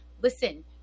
listen